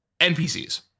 NPCs